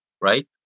right